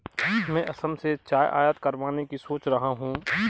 मैं असम से चाय आयात करवाने की सोच रहा हूं